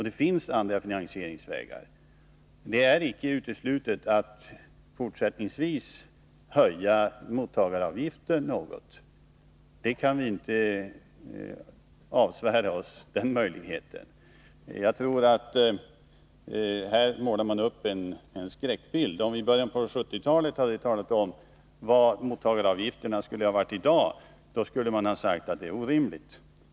Det finns andra finansieringsvägar. Det är icke uteslutet att fortsättningsvis höja mottagaravgiften något. Vi kan inte avsvära oss den möjligheten. Men jag tror att man här målar upp en skräckbild. Om vi i början på 1970-talet hade talat om vad mottagaravgifterna skulle uppgå till i dag, skulle man sagt att det är orimligt.